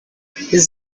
his